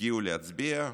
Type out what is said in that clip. הגיעו להצביע,